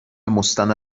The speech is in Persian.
مستند